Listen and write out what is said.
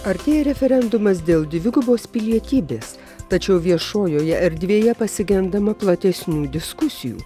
artėja referendumas dėl dvigubos pilietybės tačiau viešojoje erdvėje pasigendama platesnių diskusijų